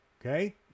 Okay